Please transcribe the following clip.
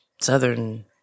Southern